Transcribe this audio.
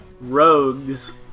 Rogues